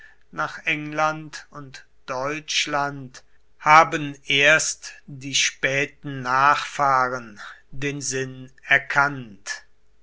nach england und deutschland haben erst die späten nachfahren den sinn erkannt